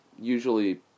usually